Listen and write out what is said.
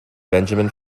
benjamin